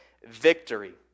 victory